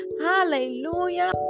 hallelujah